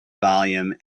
volume